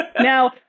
now